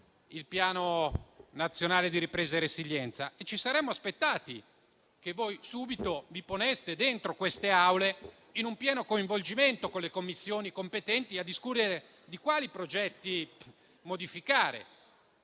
il Piano nazionale di ripresa e resilienza. Ci saremmo quindi aspettati che voi vi poneste subito in queste Aule, in un pieno coinvolgimento con le Commissioni competenti, a discutere di quali progetti modificare;